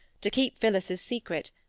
to keep phillis's secret,